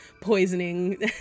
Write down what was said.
poisoning